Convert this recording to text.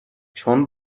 چون